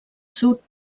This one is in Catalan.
seu